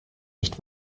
nicht